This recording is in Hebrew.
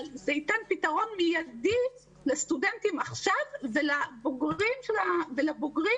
אבל זה ייתן פתרון מידי לסטודנטים עכשיו ולבוגרים בהמשך.